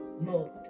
mode